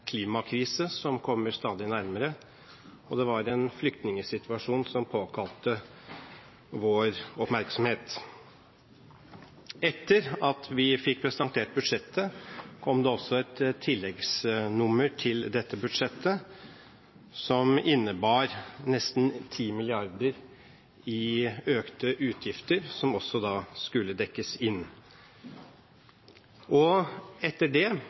klimakrise – som kommer stadig nærmere – og det var en flyktningsituasjon som påkalte vår oppmerksomhet. Etter at vi fikk presentert budsjettet, kom det også et tilleggsnummer til dette budsjettet som innebar nesten 10 mrd. kr i økte utgifter, som også skulle dekkes inn. Etter det